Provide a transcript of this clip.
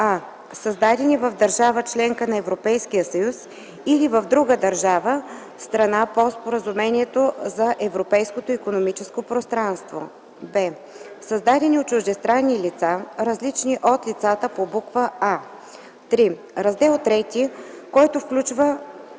а) създадени в държава – членка на Европейския съюз, или в друга държава – страна по Споразумението за Европейското икономическо пространство; б) създадени от чуждестранни лица, различни от лицата по буква „а”. 3. Трети раздел, който включва